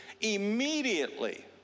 Immediately